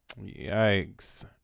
Yikes